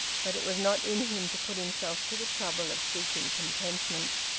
but it was not in him to put himself to the trouble of seeking contentment.